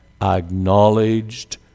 acknowledged